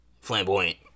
Flamboyant